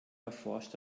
erforscht